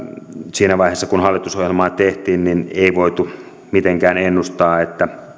siinä vaiheessa kun hallitusohjelmaa tehtiin ei voitu mitenkään ennustaa että